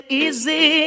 easy